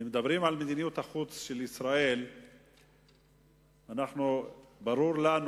כשמדברים על מדיניות החוץ של ישראל ברור לנו,